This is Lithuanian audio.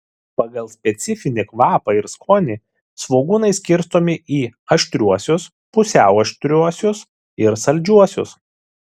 pagal specifinį kvapą ir skonį svogūnai skirstomi į aštriuosius pusiau aštriuosius ir saldžiuosius